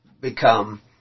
become